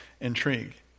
intrigue